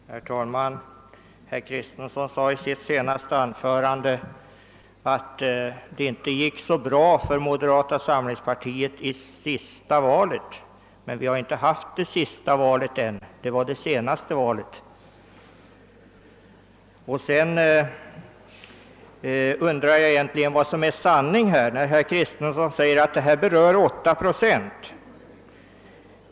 Herr talman! Herr Kristenson sade i sitt senaste anförande, att det inte gick så bra för moderata samlingspartiet i sista valet. Men jag hoppas att vi inte har haft det sista valet än — det var det senaste valet. Sedan undrar jag vad som egentligen är sanning, när herr Kristenson säger att det är 8 procent som berörs.